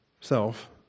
self